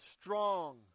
strong